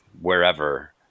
wherever